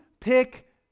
Pick